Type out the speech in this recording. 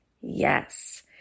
Yes